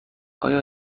آیا